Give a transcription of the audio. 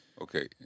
okay